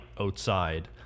outside